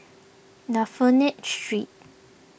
Dafne Street